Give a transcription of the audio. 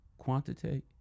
quantitate